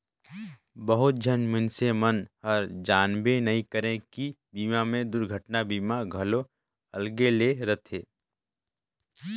बहुत झन मइनसे मन हर जानबे नइ करे की बीमा मे दुरघटना बीमा घलो अलगे ले रथे